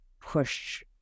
push